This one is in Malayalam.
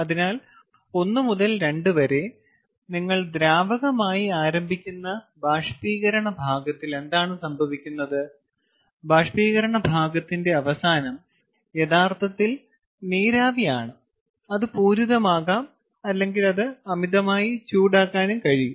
അതിനാൽ 1 മുതൽ 2 വരെ നിങ്ങൾ ദ്രാവകമായി ആരംഭിക്കുന്ന ബാഷ്പീകരണ ഭാഗത്തിൽ എന്താണ് സംഭവിക്കുന്നത് ബാഷ്പീകരണ ഭാഗത്തിന്റെ അവസാനം യഥാർത്ഥത്തിൽ നീരാവി ആണ് അത് പൂരിതമാകാം അല്ലെങ്കിൽ അത് അമിതമായി ചൂടാക്കാനും കഴിയും